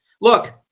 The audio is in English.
Look